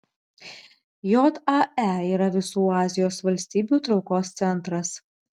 jae yra visų azijos valstybių traukos centras